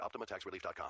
OptimaTaxRelief.com